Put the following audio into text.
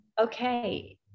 okay